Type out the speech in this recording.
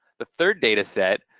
the third data set,